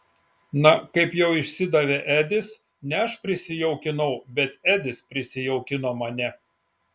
na kaip jau išsidavė edis ne aš prisijaukinau bet edis prisijaukino mane